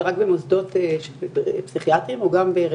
זה רק במוסדות פסיכיאטריים או גם ברווחה?